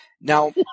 Now